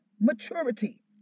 maturity